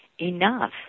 enough